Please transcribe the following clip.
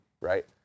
Right